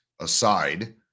aside